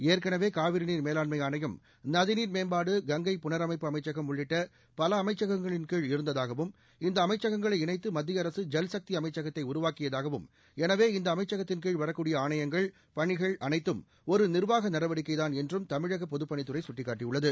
ஏற்கனவே காவிரிநீர் மேலாண்மை ஆணையம் நதிநீர் மேம்பாடு கங்கை புனரமைப்பு அமைச்சகம் உள்ளிட்ட பல அமைச்சகங்களின் கீழ்இருந்ததாகவும் இந்த அமைச்சகங்களைஇணைத்து மத்திய அரசு ஜல்சக்தி அமைச்சகத்தை உருவாக்கியதாகவும் எனவே இந்த அமைச்சகத்தின்கீழ் வரக்கூடிய ஆணையங்கள் பணிகள் அனைத்தும் ஒரு நிர்வாக நடவடிக்கைதாள் என்றும் தமிழக பொதுப்பணித்துறை சுட்டிக்காட்டியுள்ளது